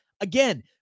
again